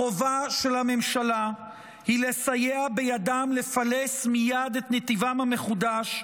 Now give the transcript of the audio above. החובה של הממשלה היא לסייע בידם לפלס מייד את נתיבם המחודש,